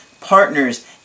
partners